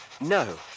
No